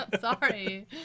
Sorry